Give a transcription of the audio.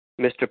Mr